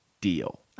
deal